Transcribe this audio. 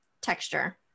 texture